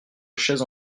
chaises